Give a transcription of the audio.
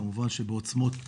כמובן שבעוצמות שונות.